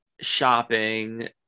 shopping